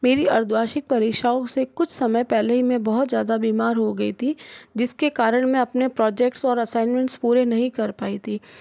मेरी अर्द्धवार्षिक परीक्षाओं से कुछ समय पहले ही में बहुत ज़्यादा बीमार हो गई थी जिस के कारण मैं अपने प्रोजेक्ट्स और असाइनमेंट्स पूरे नहीं कर पाई थी